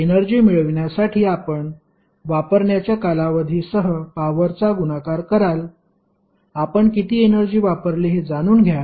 energy मिळविण्यासाठी आपण वापरण्याच्या कालावधीसह पॉवरचा गुणाकार कराल आपण किती एनर्जी वापरली हे जाणून घ्या